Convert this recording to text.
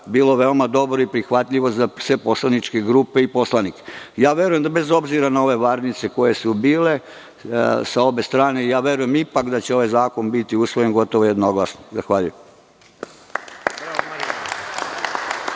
bilo veoma dobro i prihvatljivo za sve poslaničke grupe i poslanike. Verujem da bez obzira na ove varnice koje su bile sa obe strane, ipak verujem da će ovaj zakon biti usvojen gotovo jednoglasno. Zahvaljujem.